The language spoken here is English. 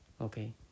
okay